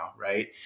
Right